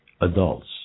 adults